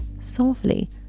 softly